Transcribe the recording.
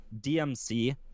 DMC